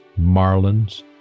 marlins